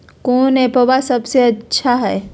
कौन एप्पबा सबसे अच्छा हय?